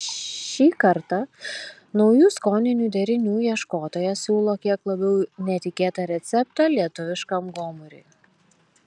šį kartą naujų skoninių derinių ieškotojas siūlo kiek labiau netikėtą receptą lietuviškam gomuriui